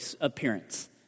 appearance